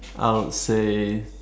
I would say